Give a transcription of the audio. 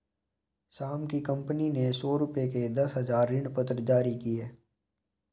श्याम की कंपनी ने सौ रुपये के दस हजार ऋणपत्र जारी किए